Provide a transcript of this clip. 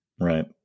Right